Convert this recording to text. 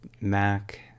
Mac